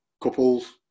Couples